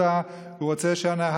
הוא רוצה נסיעה נורמלית מנקודה לנקודה,